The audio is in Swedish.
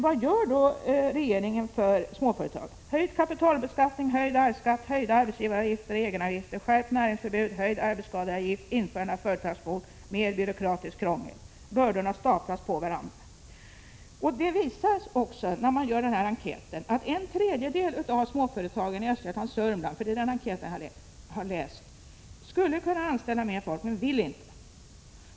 Vad gör då regeringen för småföretagen? Jo — det blir höjd kapitalbeskattning, höjd arvsskatt, höjda arbetsgivaravgifter och egenavgifter, skärpt näringsförbud, höjd arbetskadeavgift, införande av företagskvot, mer byråkratiskt krångel. Bördorna staplas på varandra. I den enkät som gjorts visas också att en tredjedel av småföretagen i Östergötland och Sörmland — det är den enkät som jag har läst — skulle kunna anställa mer folk men inte vill göra det.